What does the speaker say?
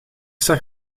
zag